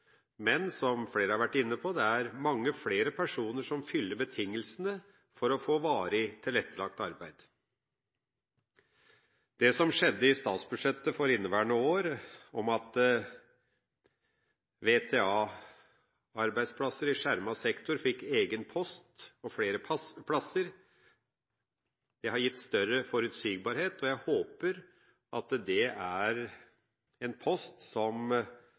men – som flere har vært inne på – det er mange flere personer som oppfyller betingelsene for å få varig tilrettelagt arbeid. Det som skjedde i statsbudsjettet for inneværende år, at VTA-arbeidsplasser i skjermet sektor fikk egen post – og at det ble flere slike plasser – har gitt større forutsigbarhet. Jeg håper at dette er en post som